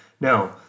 Now